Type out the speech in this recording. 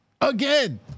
Again